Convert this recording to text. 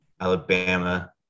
Alabama